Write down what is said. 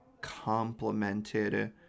complemented